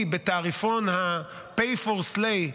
היא בתעריפון pay for slay.